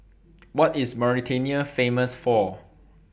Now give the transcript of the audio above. What IS Mauritania Famous For